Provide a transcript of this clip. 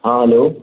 ہاں ہلو